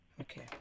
Okay